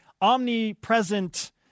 omnipresent